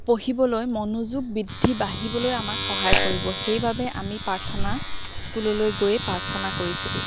পঢ়িবলৈ মনোযোগ বৃদ্ধি বাঢ়িবলৈ আমাক সহায় কৰিব সেইবাবে আমি প্ৰাৰ্থনা স্কুললৈ গৈয়ে প্ৰাৰ্থনা কৰিছিলোঁ